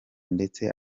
ndetse